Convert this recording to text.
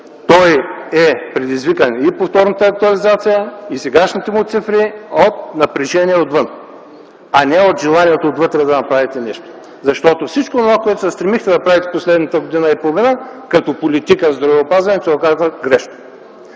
Той е предизвикан от повторната актуализация и сегашните му цифри от напрежение отвън, а не от желанието отвътре да направите нещо. Защото всичко, което се стремихте да правите през последната година и половина като политика в здравеопазването, се оказа грешно.